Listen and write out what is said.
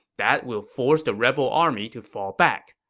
that will force the rebel army to fall back.